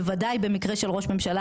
בוודאי במקרה של ראש ממשלה,